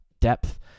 Depth